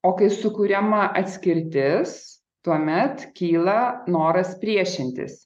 o kai sukuriama atskirtis tuomet kyla noras priešintis